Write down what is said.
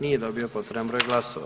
Nije dobio potreban broj glasova.